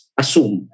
assume